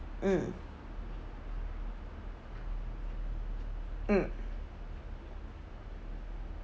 mm mm